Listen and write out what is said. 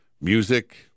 music